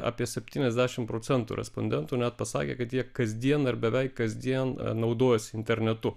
apie septyniasdešimt procentų respondentų net pasakė kad jie kasdien ar beveik kasdien naudojasi internetu